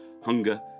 hunger